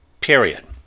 period